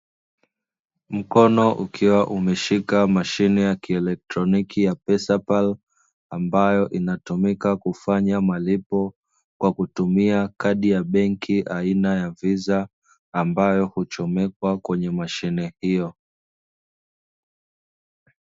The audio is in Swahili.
Mkono ukiwa umeshika mashine ya kieletroniki ya "pesapal", ambayo inatumika kufanya malipo kwa kutumia kadi ya benki aina ya "VISA", ambayo huchomekwa kwenye mashine hiyo.